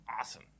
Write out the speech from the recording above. awesome